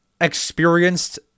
experienced